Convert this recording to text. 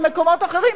במקומות אחרים,